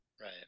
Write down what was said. Right